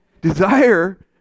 Desire